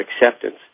acceptance